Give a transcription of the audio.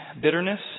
bitterness